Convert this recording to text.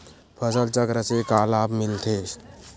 फसल चक्र से का लाभ मिलथे?